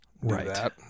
right